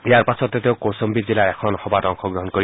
ইয়াৰ পাছতে তেওঁ কৌচম্ভি জিলাৰ এখন ৰেলীত অংশগ্ৰহণ কৰিব